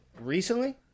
recently